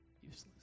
useless